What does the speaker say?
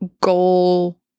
goal